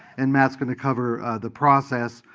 and matt's going to cover the process,